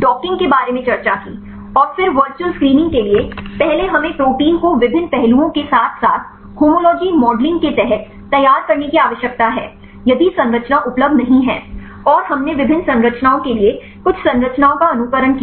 docking के बारे में चर्चा की और फिर वर्चुअल स्क्रीनिंग के लिए पहले हमें प्रोटीन को विभिन्न पहलुओं के साथ साथ होमोलोजी मॉडलिंग के तहत तैयार करने की आवश्यकता है यदि संरचना उपलब्ध नहीं है और हमने विभिन्न संरचनाओं के लिए कुछ संरचनाओं का अनुकरण किया